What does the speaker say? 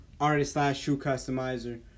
artist-slash-shoe-customizer